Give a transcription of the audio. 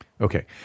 Okay